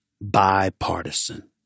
Bipartisan